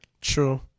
true